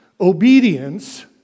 Obedience